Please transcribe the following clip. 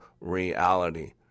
reality